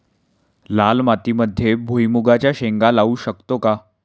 लाल मातीमध्ये भुईमुगाच्या शेंगा लावू शकतो का?